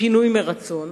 פינוי מרצון,